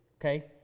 okay